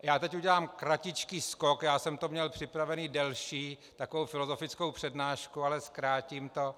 Já teď udělám kratičký skok, já jsem to měl připravené delší, takovou filozofickou přednášku, ale zkrátím to.